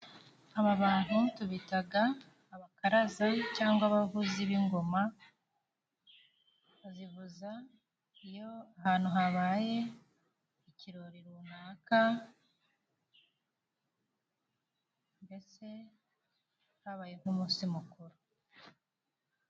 Aba bantu tubita abakaraza cyangwa abavuzi b'ingoma. Bazivuza iyo ahantu habaye ikirori runaka, mbese habaye nk'umunsi mukuru.